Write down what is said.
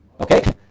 okay